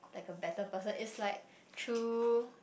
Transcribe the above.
a better person it's like through